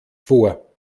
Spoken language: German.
vor